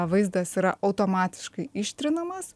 vaizdas yra automatiškai ištrinamas